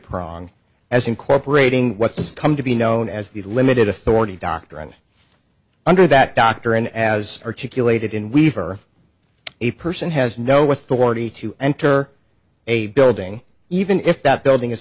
pronk as incorporating what's come to be known as the limited authority doctrine under that doctrine as articulated in weaver a person has no with the warranty to enter a building even if that building is